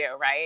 right